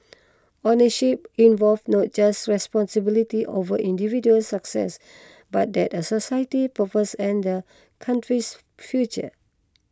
ownership involved not just responsibility over individual success but that the society's purpose and the country's future